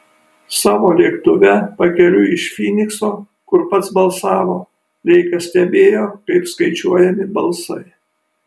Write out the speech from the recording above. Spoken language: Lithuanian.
savo lėktuve pakeliui iš fynikso kur pats balsavo leikas stebėjo kaip skaičiuojami balsai